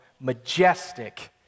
majestic